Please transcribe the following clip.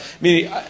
Meaning